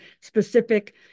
specific